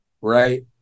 right